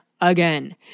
again